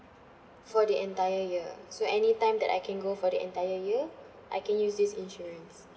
for the entire year so any time that I can go for the entire year I can use this insurance